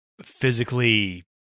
physically